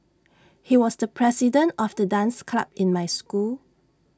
he was the president of the dance club in my school